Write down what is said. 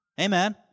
Amen